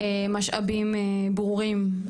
משאבים ברורים.